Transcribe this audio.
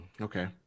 Okay